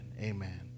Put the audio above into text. amen